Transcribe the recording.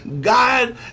God